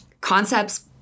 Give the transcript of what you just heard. concepts